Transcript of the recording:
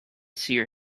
seer